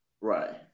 Right